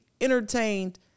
entertained